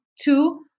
two